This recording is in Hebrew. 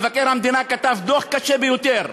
מבקר המדינה כתב דוח קשה ביותר.